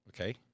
Okay